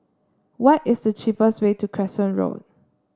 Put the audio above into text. what is the cheapest way to Crescent Road